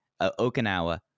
okinawa